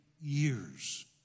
years